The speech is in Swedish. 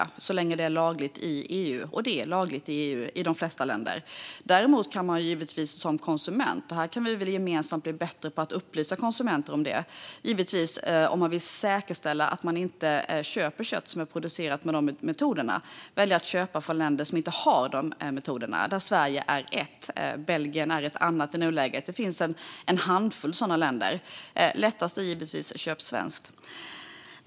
Det går inte så länge det är lagligt i EU, och det är lagligt i de flesta länder i EU. Däremot kan man givetvis göra något som konsument - vi kan väl gemensamt bli bättre på att upplysa konsumenter om detta. Om man vill säkerställa att man inte köper kött som är producerat med dessa metoder kan man välja att köpa från länder som inte har de metoderna. Sverige är ett sådant land. I nuläget är Belgien ett annat. Det finns en handfull sådana länder. Lättast är givetvis att köpa svenskt.